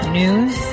news